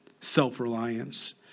Self-reliance